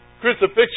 Crucifixion